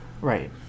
Right